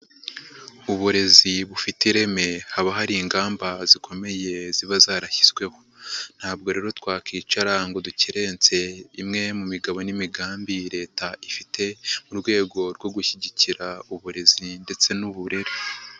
Uburezi bufite ireme haba hari ingamba zikomeye ziba zarashyizweho. Ntabwo rero twakwicara ngo dukerensa imwe mu migabo n'imigambi leta ifite mu rwego rwo gushyigikira uburezi ndetse n'uburere.